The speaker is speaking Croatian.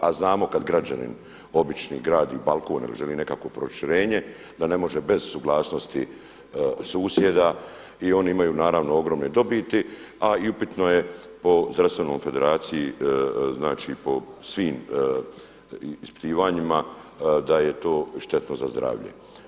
A znamo kada građanin, obični, gradi balkon ili želi nekakvo proširenje da ne može bez suglasnosti susjeda i oni imaju naravno ogromne dobiti a i upitno je po zdravstvenoj federaciji, znači po svim ispitivanjima da je to štetno za zdravlje.